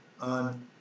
on